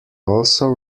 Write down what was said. also